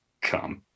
come